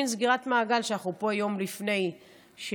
זאת מין סגירת מעגל שאנחנו פה יום לפני שאת,